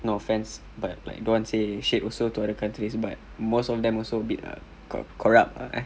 no offence but like don't want say shade also to other countries but most of them also a bit uh corrupt eh